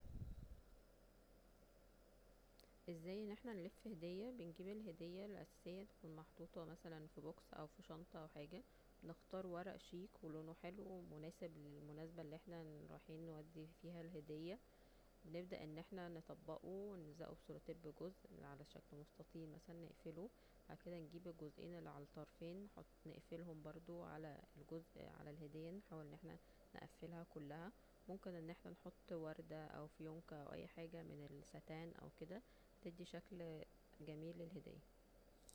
أزاي أن احنا نلف هدية بنجيب الهدية الأساسية تكون محطوطة مثلا في بوكس أو في شنطة أو اي حاجة نختار ورق شيك ولونه حلو ومناسب للمناسبة اللي احنا رايحين نودي فيها الهدية نبدا أن احنا نطبقه ونلزقه بسلوتيب جزء على شكل مستطيل مثلا نقفله بعد كده نجيب الجزئين اللي على الطرفين نحط نقفلهم برضو على الجزء على الهدية نحاول أن احنا نقفلها كلها ممكن أن احنا نحط وردة أو فيونكه أو أي حاجة من ساتان أو كده بتدي شكل جميل للهدية